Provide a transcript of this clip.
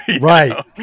right